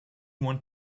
want